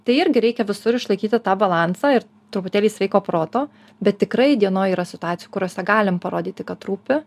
tai irgi reikia visur išlaikyti tą balansą ir truputėlį sveiko proto bet tikrai dienoj yra situacijų kuriose galim parodyti kad rūpi